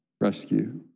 rescue